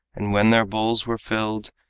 and when their bowls were filled,